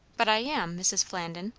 but i am, mrs. flandin,